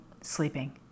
sleeping